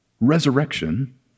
Resurrection